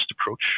approach